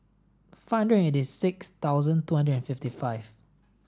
five hundred eighty six thousand twenty and fifty five